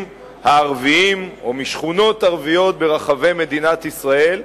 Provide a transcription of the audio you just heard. הערביים ומהשכונות הערביות ברחבי מדינת ישראל,